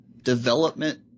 development